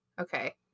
Okay